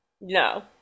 no